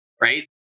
Right